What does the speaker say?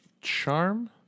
charm